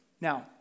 Now